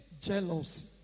jealousy